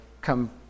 come